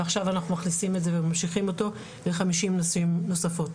ועכשיו אנחנו מכניסים את זה וממשיכים אותו לחמישים נשים נוספות.